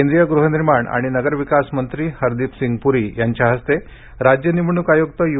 केंद्रीय गृहनिर्माण आणि नगरविकास मंत्री हरदीप सिंग पुरी यांच्या हस्ते राज्य निवडणूक आयुक्त यू